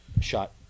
Shot